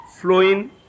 flowing